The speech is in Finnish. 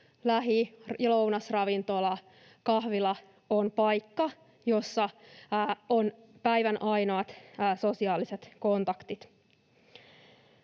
lähilounasravintola tai kahvila on paikka, jossa on päivän ainoat sosiaaliset kontaktit.